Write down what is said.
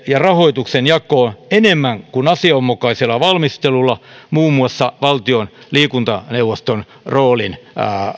ja rahoituksen jakoon enemmän kuin asianmukaisella valmistelulla muun muassa valtion liikuntaneuvoston roolin